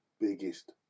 biggest